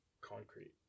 concrete